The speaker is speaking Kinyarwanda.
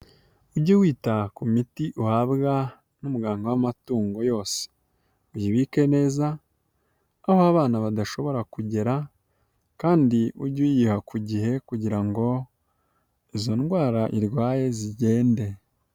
Ujye wita ku miti uhabwa n'umuganga w'amatungo yose, uyibike neza aho abana badashobora kugera kandi ujye uyiha ku gihe kugira ngo izo ndwara irwaye zigende.